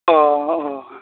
अ अ